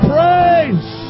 Praise